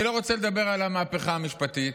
אני לא רוצה לדבר על המהפכה המשפטית.